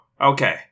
Okay